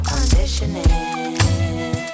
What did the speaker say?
Conditioning